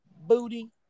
booty